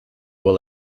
will